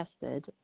tested